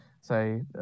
say